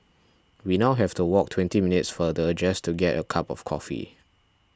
we now have to walk twenty minutes farther just to get a cup of coffee